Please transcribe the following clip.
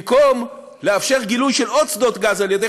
במקום לאפשר גילוי של עוד שדות גז על-ידי